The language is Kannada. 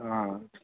ಹಾಂ